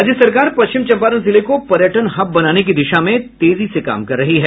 राज्य सरकार पश्चिम चंपारण जिले को पर्यटन हब बनाने की दिशा में तेजी से काम कर रही है